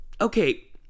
Okay